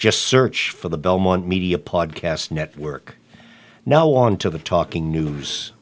just search for the belmont media podcast network now on to the talking news